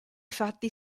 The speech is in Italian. fatti